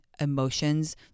emotions